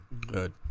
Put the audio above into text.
Good